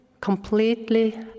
completely